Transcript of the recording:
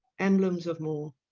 emblemes of more,